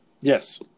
Yes